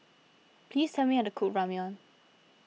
please tell me how to cook Ramyeon